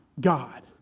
God